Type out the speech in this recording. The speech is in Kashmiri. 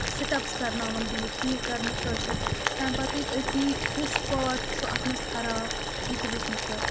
سِٹیٚپٕس کَرناوَن بہٕ یہِ ٹھیٖک کَرنہٕ خٲطرٕ تَمہِ پَتہٕ یہِ أتی کُس پاٹ چھُ اَتھ منٛز خراب یہِ تہِ وٕچھنہٕ خٲطرٕ